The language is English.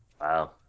Wow